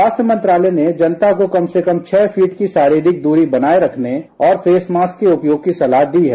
स्वास्थ्य मंत्रालय ने जनता को कम से कम छह फिट की शारीरिक दूरी बनाए रखने और फेस मॉस्क के उपयोग की सलाह दी है